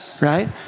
right